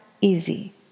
easy